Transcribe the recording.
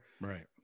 Right